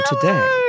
today